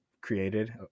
created